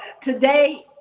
today